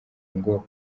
ngo